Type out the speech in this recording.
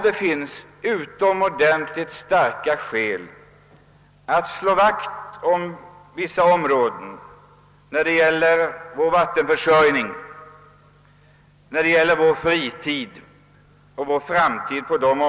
Det finns utomordentligt starka skäl att slå vakt om vissa områden för vår framtida vaitenförsörjning och vår fritid.